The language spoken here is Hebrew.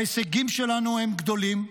ההישגים שלנו הם גדולים,